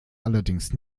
allerdings